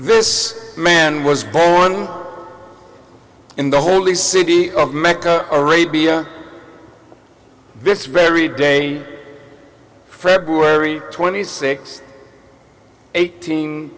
this man was born in the holy city of mecca arabia this very day february twenty sixth eight